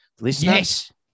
Listen